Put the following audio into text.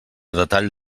detall